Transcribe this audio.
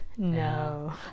No